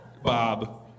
Bob